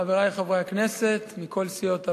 חברי חברי הכנסת מכל סיעות הבית,